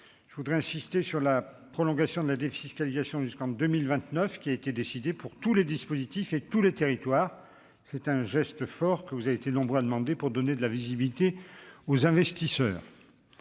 je veux insister sur la prolongation de la défiscalisation jusqu'en 2029, qui a été décidée pour tous les dispositifs et tous les territoires : c'est un geste fort que vous avez été nombreux à demander pour donner de la visibilité aux investisseurs.